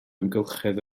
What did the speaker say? amgylchedd